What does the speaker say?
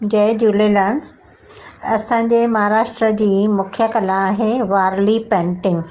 जय झूलेलाल असांजे महाराष्ट्र जी मुख्य कला आहे वार्ली पेंटिंग